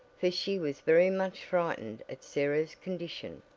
for she was very much frightened at sarah's condition.